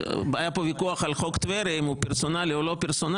היה פה ויכוח על חוק טבריה אם הוא לא פרסונלי או לא פרסונלי,